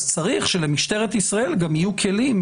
אז צריך שלמשטרת ישראל גם יהיו כלים.